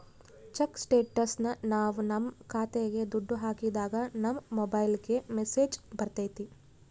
check ಸ್ಟೇಟಸ್ನ ನಾವ್ ನಮ್ ಖಾತೆಗೆ ದುಡ್ಡು ಹಾಕಿದಾಗ ನಮ್ ಮೊಬೈಲ್ಗೆ ಮೆಸ್ಸೇಜ್ ಬರ್ತೈತಿ